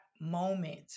moment